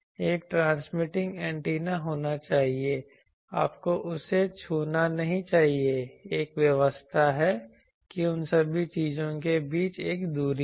एक transmitting antenna होना चाहिए आपको उसे छूना नहीं चाहिए एक व्यवस्था है कि उन सभी चीजों के बीच एक दूरी है